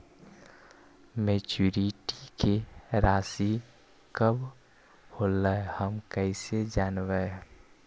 Maturity के रासि कब होलै हम कैसे जानबै?